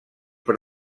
per